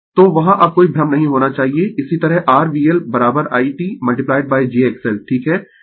तो वहां अब कोई भ्रम नहीं होना चाहिए इसी तरह r VL i t j XL ठीक है